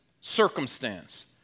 circumstance